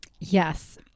Yes